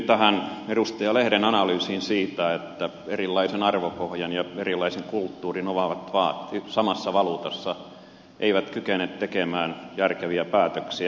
yhdyn edustaja lehden analyysiin siitä että erilaisen arvopohjan ja erilaisen kulttuurin omaavat maat samassa valuutassa eivät kykene tekemään järkeviä päätöksiä